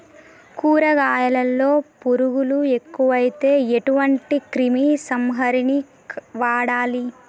కూరగాయలలో పురుగులు ఎక్కువైతే ఎటువంటి క్రిమి సంహారిణి వాడాలి?